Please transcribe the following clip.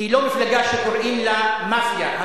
היא לא מפלגה שקוראים לה מאפיה,